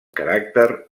caràcter